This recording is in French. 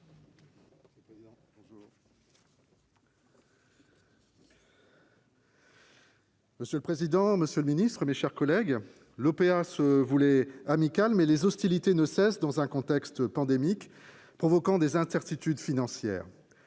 Monsieur le président, monsieur le ministre, mes chers collègues, l'OPA se voulait amicale, mais les hostilités ne cessent pas, dans un contexte pandémique provoquant des incertitudes financières.